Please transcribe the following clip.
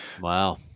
Wow